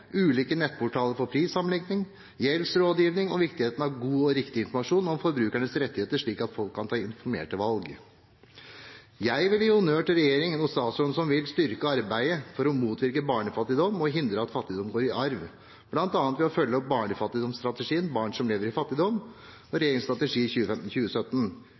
ulike nettportaler for prissammenligning, gjeldsrådgivning og viktigheten av god og riktig informasjon om forbrukernes rettigheter slik at folk kan ta informerte valg. Jeg vil gi honnør til regjeringen og statsråden, som vil styrke arbeidet for å motvirke barnefattigdom og hindre at fattigdom går i arv, bl.a. ved å følge opp barnefattigdomsstrategien «Barn som lever i fattigdom – Regjeringens strategi